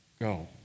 go